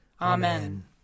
Amen